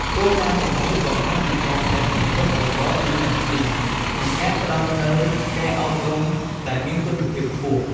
គោលការណ៍ទាំងនេះបង្ហាញពីការប្តេជ្ញាចិត្តរបស់ ឌីអឹមស៊ី (DMC) ក្នុងការផ្តល់នូវការអប់រំដែលមានគុណភាពខ្ពស់។